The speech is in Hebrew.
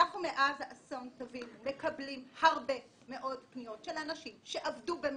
מאז האסון אנחנו מקבלים הרבה פניות מאנשים שעבדו במכינות,